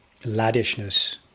laddishness